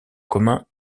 commun